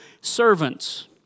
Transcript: servants